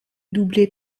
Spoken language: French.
doubler